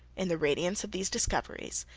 in the radiance of these discoveries,